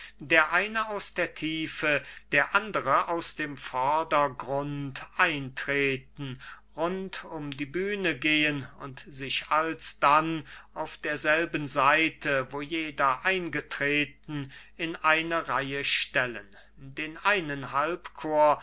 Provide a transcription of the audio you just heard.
der eine aus der tiefe der andere aus dem vordergrund eintreten rund um die bühne gehen und sich alsdann auf derselben seite wo jeder eingetreten in eine reihe stellen den einen halbchor